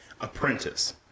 apprentice